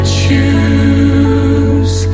choose